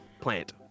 Plant